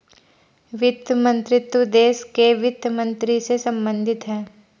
वित्त मंत्रीत्व देश के वित्त मंत्री से संबंधित है